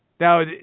Now